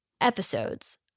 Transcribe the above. episodes